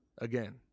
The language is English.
Again